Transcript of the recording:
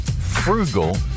frugal